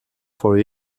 for